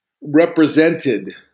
represented